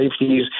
safeties